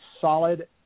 solid